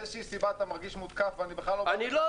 מאיזו שהיא סיבה אתה מרגיש מותקף ואני בכלל לא --- אני לא,